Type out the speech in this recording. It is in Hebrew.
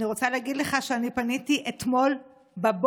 אני רוצה להגיד לך שאני פניתי אתמול בבוקר